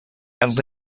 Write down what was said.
and